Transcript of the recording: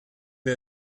wir